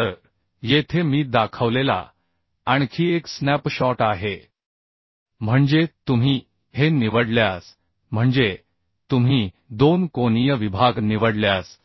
तर येथे मी दाखवलेला आणखी एक स्नॅपशॉट आहे म्हणजे तुम्ही हे निवडल्यास म्हणजे तुम्ही दोन कोनीय विभाग निवडल्यास